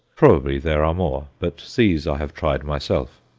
probably there are more, but these i have tried myself.